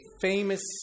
famous